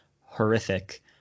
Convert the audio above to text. horrific